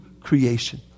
creation